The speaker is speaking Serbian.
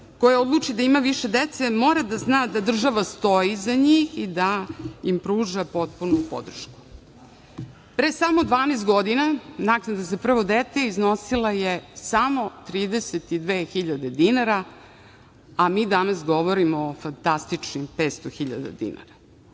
koja odluči da ima više dece mora da zna da država stoji iza njih i da im pruža potpunu podršku. Pre samo 12 godina naknada za prvo dete je iznosila samo 32.000 dinara, a mi danas govorimo o fantastičnih 500 hiljada dinara.